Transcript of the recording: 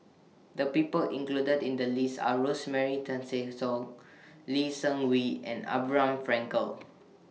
The People included in The list Are Rosemary Tessensohn Lee Seng Wee and Abraham Frankel